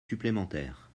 supplémentaires